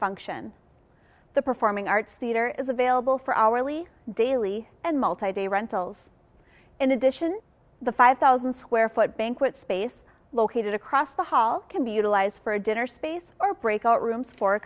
function the performing arts theatre is available for hourly daily and multi day rentals in addition the five thousand square foot banquet space located across the hall can be utilized for a dinner space or breakout rooms for a